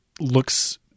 looks